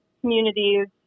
communities